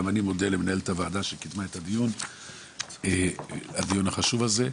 גם אני מודה למנהלת הוועדה שקידמה את הדיון החשוב הזה.